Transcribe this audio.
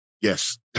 yes